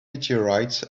meteorites